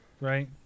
right